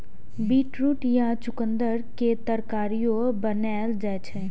beetroot या चुकंदर के तरकारियो बनाएल जाइ छै